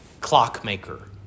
clockmaker